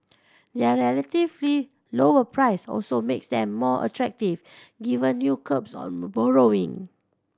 their lower price also makes them more attractive given new curbs borrowing